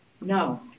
No